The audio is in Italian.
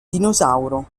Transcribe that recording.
dinosauro